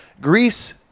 Greece